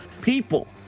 people